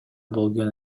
болгон